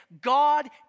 God